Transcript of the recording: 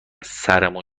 سرمون